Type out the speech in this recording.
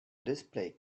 display